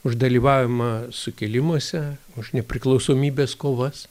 už dalyvavimą sukilimuose už nepriklausomybės kovas